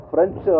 French